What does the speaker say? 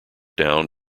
down